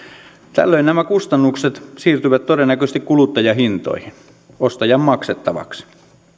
tällöin nämä kustannukset siirtyvät todennäköisesti kuluttajahintoihin ostajan maksettavaksi